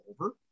over